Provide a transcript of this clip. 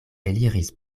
eliris